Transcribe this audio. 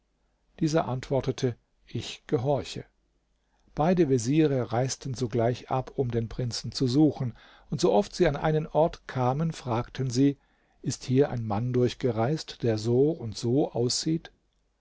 dieser antwortete ich gehorche beide veziere reisten sogleich ab um den prinzen zu suchen und so oft sie an einen ort kamen fragten sie ist hier ein mann durchgereist der so und so aussieht